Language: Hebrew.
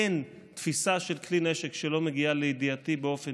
אין תפיסה של כלי נשק שלא מגיעה לידיעתי באופן